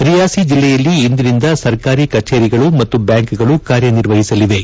ರಿಯಾಸಿ ಜಿಲ್ಲೆಯಲ್ಲಿ ಇಂದಿನಿಂದ ಸರ್ಕಾರಿ ಕಛೇರಿಗಳು ಮತ್ತು ಬ್ಯಾಂಕ್ಗಳು ಕಾರ್ಯನಿರ್ವಹಿಸಲಿವೆ